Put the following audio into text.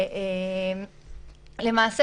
למעשה,